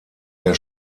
der